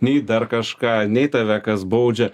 nei dar kažką nei tave kas baudžia